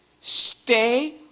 Stay